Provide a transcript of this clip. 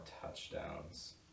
touchdowns